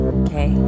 okay